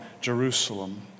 Jerusalem